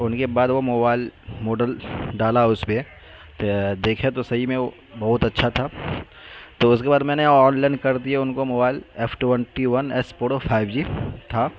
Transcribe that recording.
ان کے بعد وہ موبائل ماڈل ڈالا اس پہ دیکھے تو صحیح میں وہ بہت اچھا تھا تو اس کے بعد میں نے آن لائن کر دیا ان کو mobile F twenty one S pro five G تھا